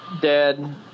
dead